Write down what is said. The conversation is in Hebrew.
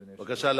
אדוני, בבקשה.